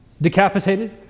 decapitated